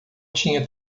tinha